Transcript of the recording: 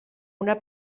una